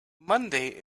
monday